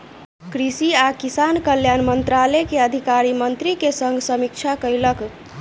कृषि आ किसान कल्याण मंत्रालय के अधिकारी मंत्री के संग समीक्षा कयलक